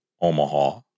omaha